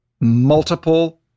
multiple